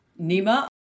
Nima